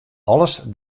alles